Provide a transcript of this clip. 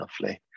lovely